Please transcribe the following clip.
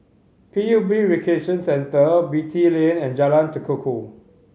P U B Recreation Centre Beatty Lane and Jalan Tekukor